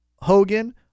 Hogan